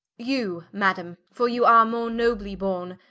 you madame, for you are more nobly borne,